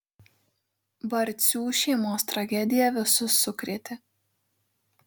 barcių šeimos tragedija visus sukrėtė